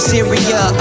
Syria